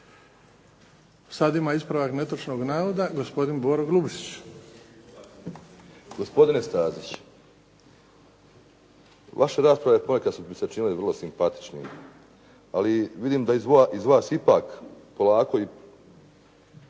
Sad ima ispravak netočnog navoda gospodin Boro Grubišić.